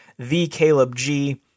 TheCalebG